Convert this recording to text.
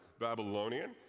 Babylonian